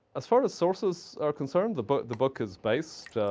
as far as sources are concerned, the but the book is based